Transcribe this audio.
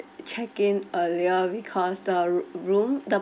check in earlier because the room the